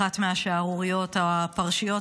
אחת מהשערוריות או הפרשיות,